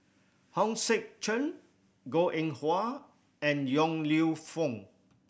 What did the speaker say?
Hong Sek Chern Goh Eng Wah and Yong Lew Foong